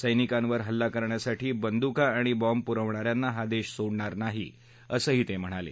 सैनिकांवर हल्ला करण्यासाठी बंदुका आणि बॉम्ब पुरवणा यांना हा देश सोडणार नाही असंही ते म्हणाले